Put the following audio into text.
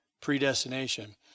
predestination